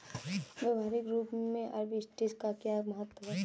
व्यवहारिक रूप में आर्बिट्रेज का क्या महत्व है?